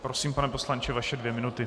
Prosím, pane poslanče, vaše dvě minuty.